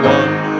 one